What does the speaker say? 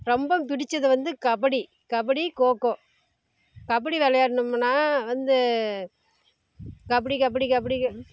ரொம்பம் பிடித்தது வந்து கபடி கபடி கோ கோ கபடி விளையாட்ணும்னா வந்து கபடி கபடி கபடி கேம்